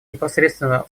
непосредственно